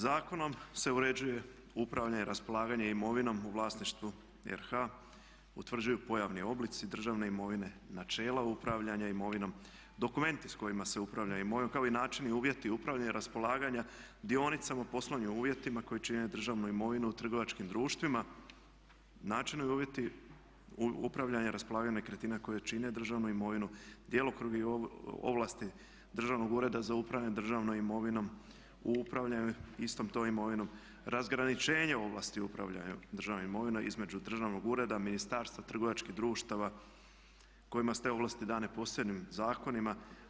Zakonom se uređuje upravljanje i raspolaganje imovinom u vlasništvu RH utvrđuju pojavni oblici državne imovine, načela upravljanja imovinom, dokumenti s kojima se upravlja imovinom kao i načini, uvjeti upravljanja i raspolaganja dionicama, poslovnim uvjetima koji čine državnu imovinu, trgovačkim društvima, načini i uvjeti upravljanja i raspolaganja nekretnina koje čine državnu imovinu, djelokrug i ovlasti Državnog ureda za upravljanje državnom imovinom u upravljanju istom tom imovinom, razgraničenje u ovlasti upravljanju državnom imovinom između državnog ureda, ministarstva, trgovačkih društava kojima su te ovlasti dane posebnim zakonima.